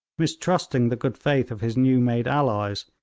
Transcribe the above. mistrusting the good faith of his new-made allies,